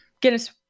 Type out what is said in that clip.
Guinness